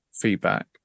feedback